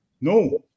No